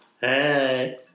Hey